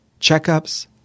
checkups